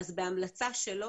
אז בהמלצה שלו